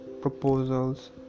proposals